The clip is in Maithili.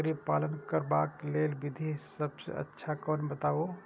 बकरी पालन करबाक लेल विधि सबसँ अच्छा कोन बताउ?